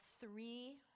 three